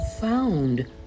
found